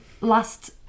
last